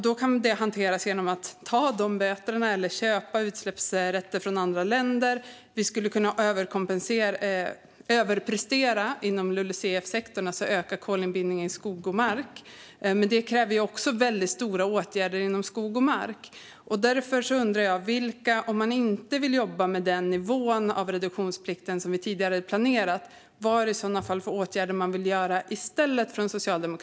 Det kan hanteras genom att ta de böterna eller köpa utsläppsrätter från andra länder. Vi skulle också kunna överprestera inom LULUCF-sektorn, alltså öka kolinbindningen i skog och mark. Men det kräver stora åtgärder inom skog och mark. Om man inte vill jobba med den nivå av reduktionsplikten som vi tidigare planerade för undrar jag vilka åtgärder Socialdemokraterna vill vidta i stället.